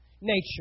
nature